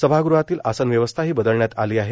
सभागृहातील आसनव्यवस्थाही बदलण्यात आली आहे